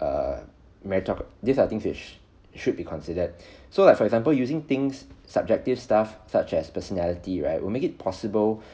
err merito~ these are things which should be considered so like for example using things subjective stuff such as personality right will make it possible